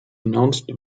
announced